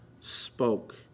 spoke